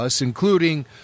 including